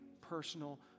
personal